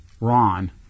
Ron